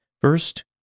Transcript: First